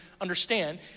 understand